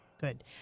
good